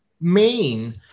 main